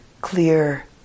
clear